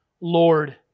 Lord